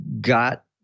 got